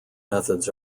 methods